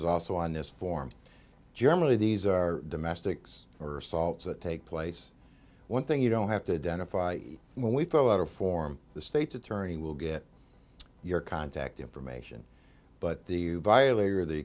is also on this form germany these are domestics or assaults that take place one thing you don't have to identify when we throw out a form the state's attorney will get your contact information but the